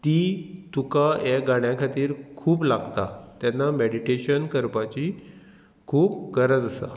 ती तुका हे गाण्या खातीर खूब लागता तेन्ना मॅडिटेशन करपाची खूब गरज आसा